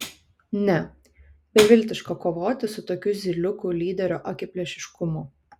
ne beviltiška kovoti su tokiu zyliukų lyderio akiplėšiškumu